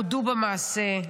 הודו במעשה,